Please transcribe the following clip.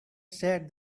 said